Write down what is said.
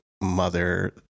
mother